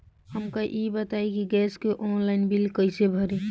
हमका ई बताई कि गैस के ऑनलाइन बिल कइसे भरी?